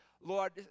Lord